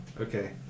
Okay